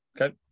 Okay